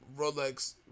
rolex